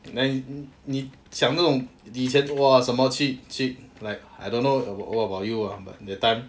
then 你讲那种以前 !wah! 什么去去 like I don't know what about you ah but that time